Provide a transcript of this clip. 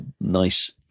nice